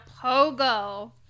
pogo